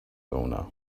owner